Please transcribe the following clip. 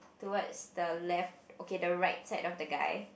towards the left okay the right side of the guy